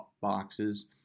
boxes